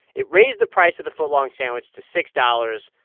it raised the price of the foot-long sandwich to six dollars.